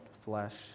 flesh